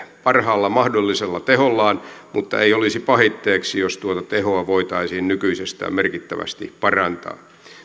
parhaalla mahdollisella tehollaan mutta ei olisi pahitteeksi jos tuota tehoa voitaisiin nykyisestä merkittävästi parantaa